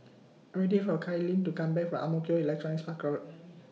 I Am waiting For Kailyn to Come Back from Ang Mo Kio Electronics Park Road